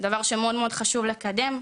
דבר שמאוד מאוד חשוב לקדם,